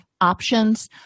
options